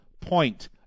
point